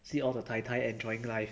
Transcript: see all the 太太 enjoying life